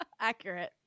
Accurate